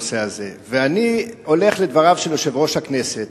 ואני הולך לדבריו של יושב-ראש הכנסת,